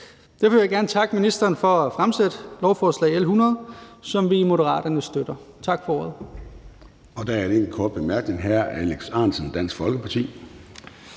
Derfor vil jeg gerne takke ministeren for at fremsætte lovforslag L 100, som vi i Moderaterne støtter. Tak for ordet. Kl. 13:58 Formanden (Søren Gade): Der er en enkelt kort